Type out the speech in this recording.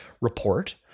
report